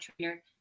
trainer